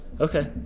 okay